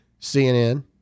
CNN